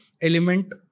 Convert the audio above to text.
element